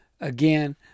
Again